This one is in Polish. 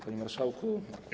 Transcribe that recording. Panie Marszałku!